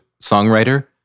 songwriter